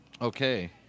Okay